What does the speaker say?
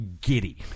giddy